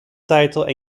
title